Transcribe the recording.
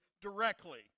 directly